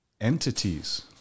entities